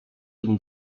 tym